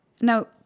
Now